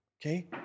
okay